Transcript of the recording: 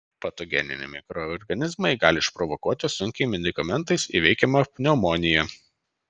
patogeniniai mikroorganizmai gali išprovokuoti sunkiai medikamentais įveikiamą pneumoniją